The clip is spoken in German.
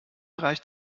reicht